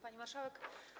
Pani Marszałek!